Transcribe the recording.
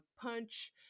punch